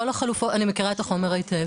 כל החלופות ואני במקרה מכירה את החומר היטב.